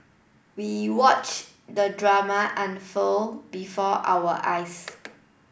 we watched the drama unfold before our eyes